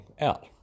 out